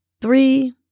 three